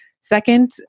Second